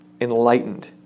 enlightened